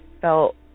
felt